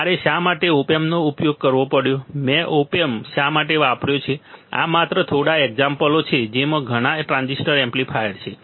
મારે શા માટે ઓપ એમ્પનો ઉપયોગ કરવો પડ્યો છે મેં ઓપ એમ્પ શા માટે વાપર્યો છે આ માત્ર થોડા એક્ઝામ્પલો છે જેમાં ઘણાં ટ્રાન્ઝિસ્ટર એમ્પ્લીફાયર્સ છે